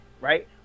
right